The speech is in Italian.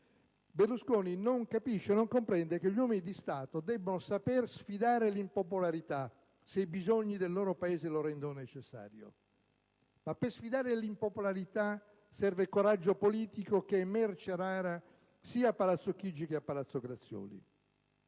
Berlusconi non comprende che gli uomini di Stato debbono saper sfidare l'impopolarità, se i bisogni del loro Paese lo rendono necessario; ma per sfidare l'impopolarità serve coraggio politico, che è merce rara sia a Palazzo Chigi che a Palazzo Grazioli.